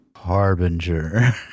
Harbinger